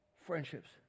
friendships